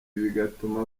bigatuma